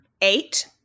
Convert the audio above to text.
eight